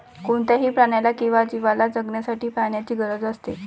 कोणत्याही प्राण्याला किंवा जीवला जगण्यासाठी पाण्याची गरज असते